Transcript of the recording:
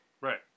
Right